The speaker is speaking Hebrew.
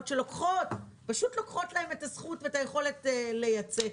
שלוקחות להם את הזכות ואת היכולת לייצא.